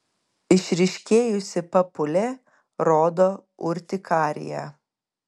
išryškėjusi papulė rodo urtikariją